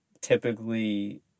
typically